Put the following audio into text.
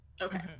Okay